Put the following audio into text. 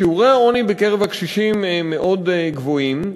שיעורי העוני בקרב הקשישים מאוד גבוהים.